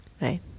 right